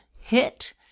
hit